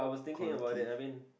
quality